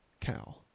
cow